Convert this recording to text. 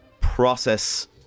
process